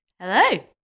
Hello